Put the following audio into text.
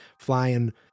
flying